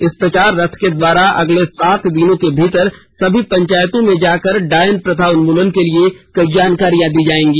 इस प्रचार रथ के द्वारा अगले सात दिनों के भीतर सभी पंचातयों में जाकर डायन प्रथा उन्मूलन के लिए कई जानकारियां दी जायेंगी